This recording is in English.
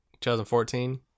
2014